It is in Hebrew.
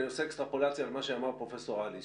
אני עושה אקסטרפולציה למה שאמר פרופ' אליס,